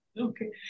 Okay